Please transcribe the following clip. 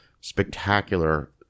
spectacular